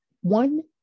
one